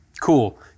Cool